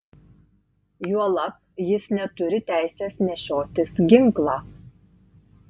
juolab jis neturi teisės nešiotis ginklą